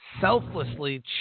selflessly